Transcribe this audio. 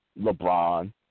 LeBron